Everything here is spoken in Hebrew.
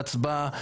הצבעה כדומה,